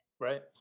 Right